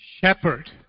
shepherd